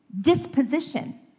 disposition